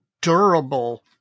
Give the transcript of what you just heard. durable